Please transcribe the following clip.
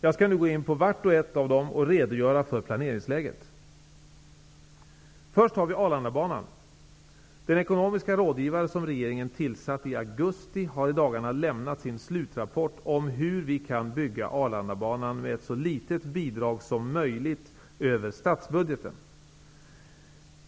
Jag skall nu gå in på vart och ett av dem och redogöra för planeringsläget. Först tar vi Arlandabanan. Den ekonomiska rådgivare som regeringen tillsatte i augusti har i dagarna lämnat sin slutrapport om hur vi kan bygga Arlandabanan med ett så litet bidrag som möjligt över statsbudgeten.